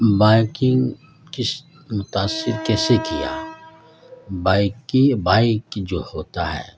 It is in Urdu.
بائکنگ کس متاثر کیسے کیا بائک بائک جو ہوتا ہے